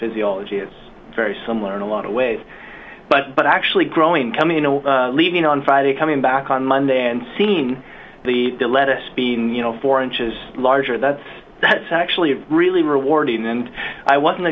physiology it's very similar in a lot of ways but but actually growing and coming in and leaving on friday coming back on monday and seen the lettuce being you know four inches larger that's that's actually really rewarding and i wasn't